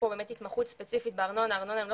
התמחות ספציפית בארנונה לצורך הגבייה,